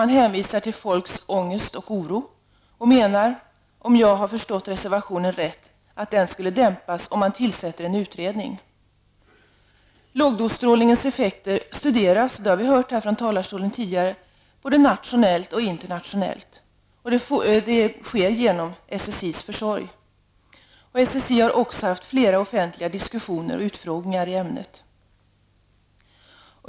Man hänvisar till folks ångest och oro och menar, om jag har förstått reservationen rätt, att den skulle dämpas om en utredning tillsätts. Lågdosstrålningens effekter studeras, vilket vi har hört från talarstolen tidigare, både nationellt och internationellt genom SSIs försorg. SSI har också haft flera offentliga diskussioner och utfrågningar i ämnet.